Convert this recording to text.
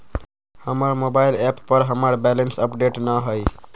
हमर mobile app पर हमर बैलेंस अपडेट न हई